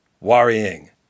Worrying